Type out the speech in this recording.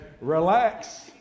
Relax